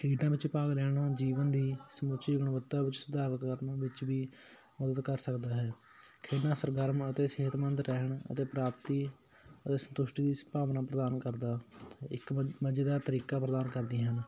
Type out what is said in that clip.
ਖੇਡਾਂ ਵਿੱਚ ਭਾਗ ਲੈਣਾ ਜੀਵਨ ਦੀ ਸਮੁੱਚੀ ਗੁਣਵੱਤਾ ਵਿੱਚ ਸੁਧਾਰ ਕਰਨ ਵਿੱਚ ਵੀ ਮਦਦ ਕਰ ਸਕਦਾ ਹੈ ਖੇਡਾਂ ਸਰਗਰਮ ਅਤੇ ਸਿਹਤਮੰਦ ਰਹਿਣ ਅਤੇ ਪ੍ਰਾਪਤੀ ਸਤੰਸ਼ਟੀ ਦਾ ਸੰਭਾਵਨਾ ਪ੍ਰਦਾਨ ਕਰਦਾ ਇਕ ਮਜ ਮਜ਼ੇਦਾਰ ਤਰੀਕਾ ਪ੍ਰਦਾਨ ਕਰਦੀਆਂ ਹਨ